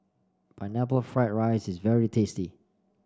Pineapple Fried Rice is very tasty